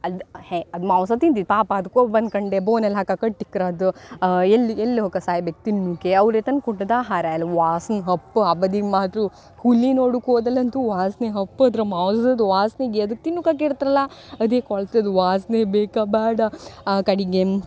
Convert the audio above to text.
ಅದು ಹೇ ಅದು ಮಾಂಸ ತಿಂದಿತ್ತು ಪಾಪ ಅದಕ್ಕೆ ಹೋಗ್ ಬನ್ಕಂಡೆ ಬೋನಲ್ಲಿ ಹಾಕಿ ಕಟ್ಟಿಕ್ರು ಅದು ಎಲ್ಲಿ ಎಲ್ಲಿ ಹೋಕ ಸಾಯ್ಬೇಕು ತಿನ್ನುಕ್ಕೆ ಅವರೇ ತಂದು ಕುಟ್ಟದ್ದು ಆಹಾರ ಎಲ್ಲ ವಾಸ್ನೆ ಹಪ್ ಆ ಬದಿಗೆ ಮಾತ್ರ ಹುಲಿ ನೋಡುಕ್ಕೆ ಹೋದಲ್ಲಿ ಅಂತೂ ವಾಸ್ನೆ ಹಪ್ ಅದರ ಮೌಸದ್ದು ವಾಸ್ನೆಗೆ ಅದು ತಿನ್ನುಕ್ಕೆ ಹಾಕಿ ಇಡ್ತಾರಲ್ಲ ಅದೇ ಕೊಳ್ತದ್ದು ವಾಸ್ನೆ ಬೇಕ ಬೇಡ ಆ ಕಡೆಗೆ